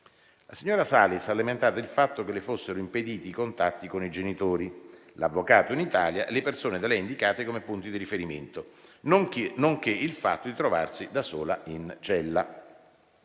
La signora Salis ha lamentato il fatto che le fossero impediti i contatti con i genitori, l'avvocato in Italia e le persone da lei indicate come punti di riferimento, nonché il fatto di trovarsi da sola in cella.